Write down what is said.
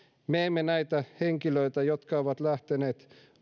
me emme näitä aikuisia henkilöitä jotka ovat lähteneet